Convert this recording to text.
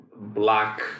black